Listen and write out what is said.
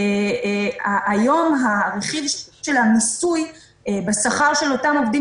היום הרכיב של המיסוי בשכר של אותם עובדים